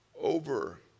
over